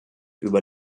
über